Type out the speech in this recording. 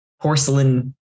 porcelain